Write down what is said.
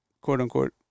quote-unquote